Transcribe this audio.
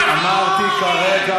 מה זה הדבר הזה?